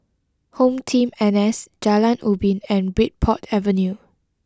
HomeTeam N S Jalan Ubin and Bridport Avenue